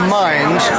minds